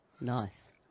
nice